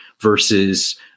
versus